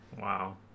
Wow